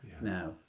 Now